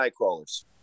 Nightcrawlers